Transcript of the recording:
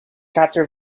quatre